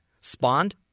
Spawned